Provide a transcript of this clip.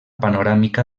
panoràmica